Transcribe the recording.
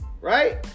right